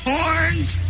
Horns